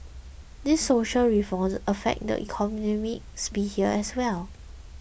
these social reforms affect the economic sphere as well